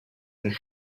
and